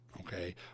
okay